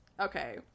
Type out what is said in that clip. Okay